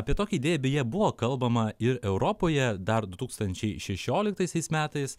apie tokią idėją beje buvo kalbama ir europoje dar du tūkstančiai šešioliktaisiais metais